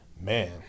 Man